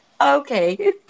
Okay